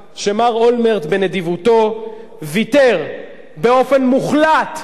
ויתר באופן מוחלט על יהודה ועל שומרון